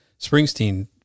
springsteen